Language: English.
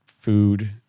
food